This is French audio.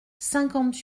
cinquante